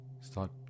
start